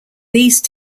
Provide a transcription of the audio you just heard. these